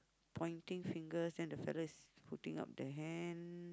pointing fingers then the fellow is putting up the hand